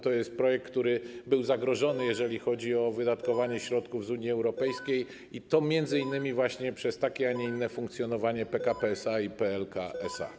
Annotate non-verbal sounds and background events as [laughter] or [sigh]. To jest projekt, który był zagrożony, [noise] jeżeli chodzi o wydatkowanie środków z Unii Europejskiej, i to m.in. właśnie przez takie, a nie inne funkcjonowanie PKP SA i PLK SA.